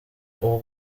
ubwo